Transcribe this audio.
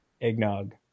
eggnog